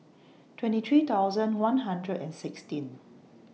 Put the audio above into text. twenty three thousand one hundred and sixteen